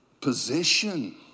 position